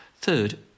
Third